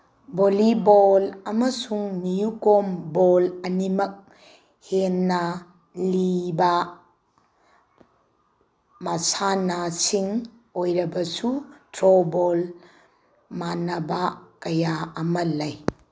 volleyball ꯑꯃꯁꯨꯡ newcomb ball ꯑꯅꯤꯃꯛ ꯍꯦꯟꯅ ꯂꯤꯕ ꯃꯁꯥꯟꯅꯁꯤꯡ ꯑꯣꯏꯔꯕꯁꯨ ꯊ꯭ꯔꯣꯕꯣꯜ ꯃꯥꯅꯕ ꯀꯌꯥ ꯑꯃ ꯂꯩ